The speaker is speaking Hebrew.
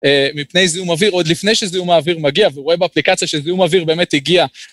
מפני זיהום האוויר, עוד לפני שזיהום האוויר מגיע, והוא רואה באפליקציה שזיהום האוויר באמת הגיע.